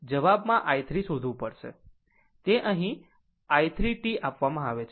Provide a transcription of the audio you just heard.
જવાબમાં i 3 શોધવું પડશે તે અહીં i 3 t આપવામાં આવે છે